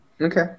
Okay